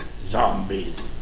Zombies